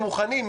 מוכנים,